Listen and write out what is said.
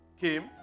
came